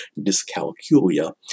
dyscalculia